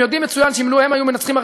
הם יודעים מצוין שלו הם היו מנצחים,